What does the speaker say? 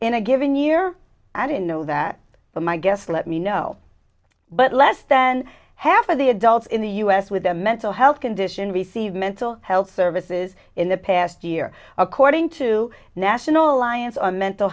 in a given year i don't know that but my guess let me know but less than half of the adults in the us with a mental health condition receive mental health services in the past year according to national alliance on mental